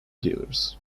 dealers